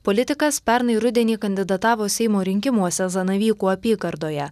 politikas pernai rudenį kandidatavo seimo rinkimuose zanavykų apygardoje